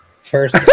first